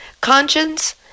conscience